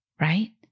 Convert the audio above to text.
right